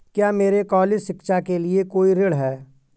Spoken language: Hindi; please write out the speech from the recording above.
क्या मेरे कॉलेज शिक्षा के लिए कोई ऋण है?